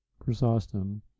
Chrysostom